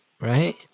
right